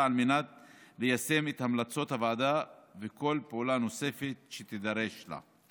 על מנת ליישם את המלצות הוועדה וכל פעולה נוספת שתידרש לה.